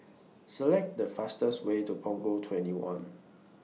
Select The fastest Way to Punggol twenty one